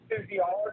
physiology